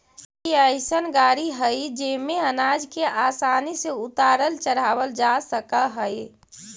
ई अइसन गाड़ी हई जेमे अनाज के आसानी से उतारल चढ़ावल जा सकऽ हई